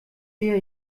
wir